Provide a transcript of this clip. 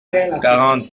quarante